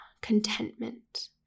contentment